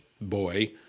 boy